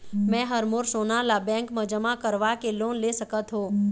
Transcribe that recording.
मैं हर मोर सोना ला बैंक म जमा करवाके लोन ले सकत हो?